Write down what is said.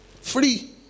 Free